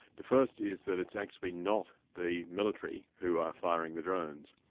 the first is that it's actually not the military who are firing the drones.